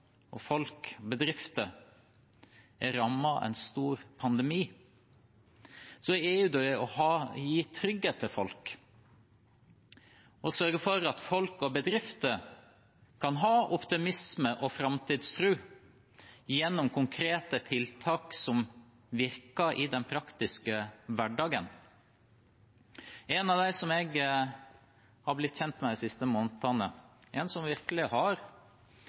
bedrifter er rammet av en stor pandemi, er å gi trygghet til folk og sørge for at folk og bedrifter kan ha optimisme og framtidstro gjennom konkrete tiltak som virker i den praktiske hverdagen. En av dem som jeg har blitt kjent med de siste månedene, en som virkelig har